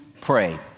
pray